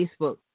Facebook